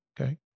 Okay